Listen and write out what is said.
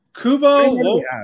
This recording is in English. Kubo